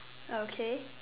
okay